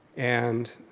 and